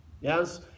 Yes